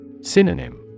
Synonym